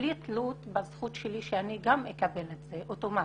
בלי תלות בזכות שלי שאני גם אקבל אותם אוטומטית.